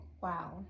Wow